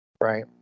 right